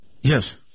yes